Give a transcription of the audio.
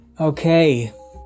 Okay